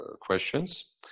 questions